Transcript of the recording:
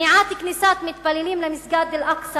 מניעת כניסת מתפללים למסגד אל-אקצא